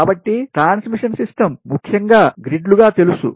కాబట్టి transmission system ముఖ్యంగా గ్రిడ్లుగా తెలుసు